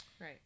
Right